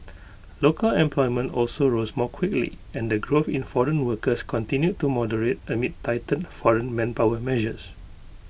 local employment also rose more quickly and the growth in foreign workers continue to moderate amid tightened foreign manpower measures